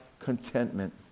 contentment